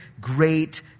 great